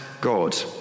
God